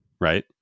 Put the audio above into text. right